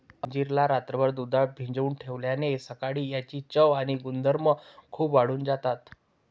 अंजीर ला रात्रभर दुधात भिजवून ठेवल्याने सकाळी याची चव आणि गुणधर्म खूप वाढून जातात